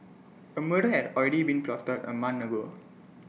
A murder had already been plotted A month ago